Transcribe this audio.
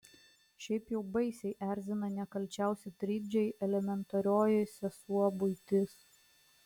šiaip jau baisiai erzina nekalčiausi trikdžiai elementarioji sesuo buitis